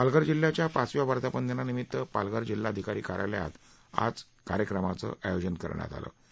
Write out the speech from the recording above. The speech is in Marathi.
पालघर जिल्ह्याच्या पाचव्या वर्धापन दिनानिमित्त पालघर जिल्हाधिकारी कार्यालयात आज कार्यक्रमाचं आयोजन करण्यात आलं होतं